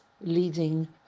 leading